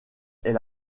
est